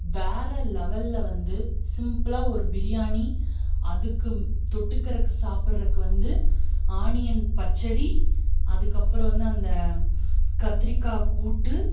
வேறு லெவலில் வந்து சிம்பிளாக ஒரு பிரியாணி அதுக்கும் தொட்டுக்கிறக்கு சாப்பிட்றக்கு வந்து ஆனியன் பச்சடி அதுக்கப்புறம் வந்து அந்த கத்திரிக்காய் கூட்டு